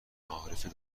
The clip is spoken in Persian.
معارف